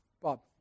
Bob